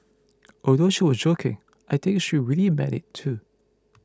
although she was joking I think she really meant it too